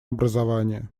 образование